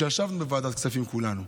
שישבנו בוועדת כספים כולנו,